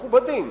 מכובדים,